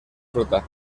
fruta